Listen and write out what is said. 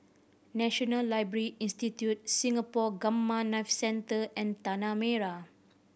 National Library Institute Singapore Gamma Knife Centre and Tanah Merah